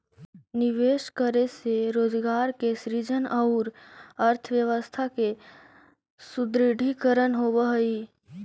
निवेश करे से रोजगार के सृजन औउर अर्थव्यवस्था के सुदृढ़ीकरण होवऽ हई